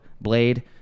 BLADE